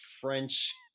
French